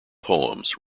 poems